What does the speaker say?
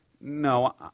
no